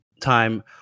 time